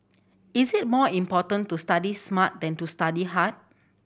it is more important to study smart than to study hard